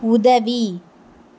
உதவி